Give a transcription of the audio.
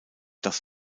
das